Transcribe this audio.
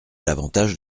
l’avantage